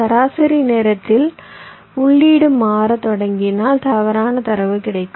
சராசரி நேரத்தில் உள்ளீடு மாறத் தொடங்கினால் தவறான தரவு கிடைக்கும்